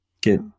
Get